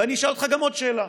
ואשאל אותך עוד שאלה,